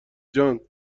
جان